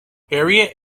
harriet